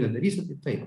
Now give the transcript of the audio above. nedarysi tai taip